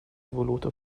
voluto